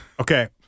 Okay